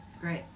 great